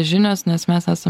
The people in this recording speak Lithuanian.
žinios nes mes esam